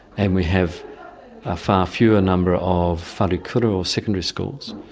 and we have a far fewer number of wharekura or secondary schools,